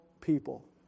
people